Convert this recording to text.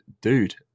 dude